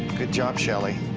good job shelley.